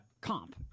comp